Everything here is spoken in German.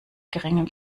geringen